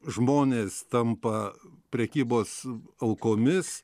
žmonės tampa prekybos aukomis